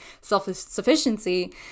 self-sufficiency